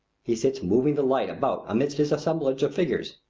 he sits moving the light about amidst his assemblage of figures.